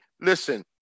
Listen